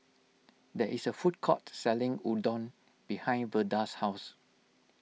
there is a food court selling Udon behind Verda's house